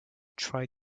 try